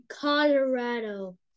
Colorado